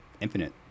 infinite